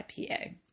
IPA